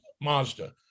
Mazda